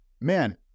man